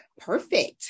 Perfect